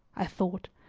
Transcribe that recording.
i thought,